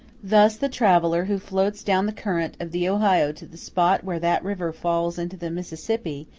thus the traveller who floats down the current of the ohio to the spot where that river falls into the mississippi,